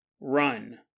Run